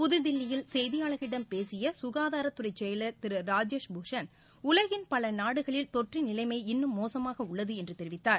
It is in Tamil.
புதுதில்லியில் செய்தியாளர்களிடம் பேசிய சுகாதாரத்துறை செயலர் திரு ராஜேஷ் பூஷண் உலகின் பல நாடுகளில் தொற்று நிலைமை இன்னும் மோசமாக உள்ளது என்று தெரிவித்தார்